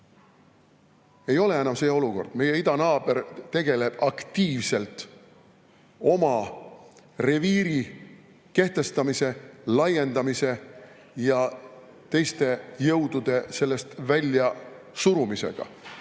Ei ole enam see olukord! Meie idanaaber tegeleb aktiivselt oma reviiri kehtestamise, laiendamise ja teiste jõudude sellest välja surumisega.